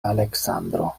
aleksandro